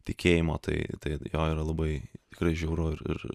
tikėjimo tai tai jo yra labai tikrai žiauru ir ir